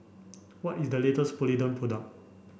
what is the latest Polident product